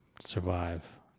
survive